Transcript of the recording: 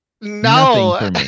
No